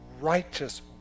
righteous